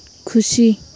ᱠᱷᱩᱥᱤ